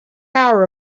hour